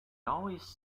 always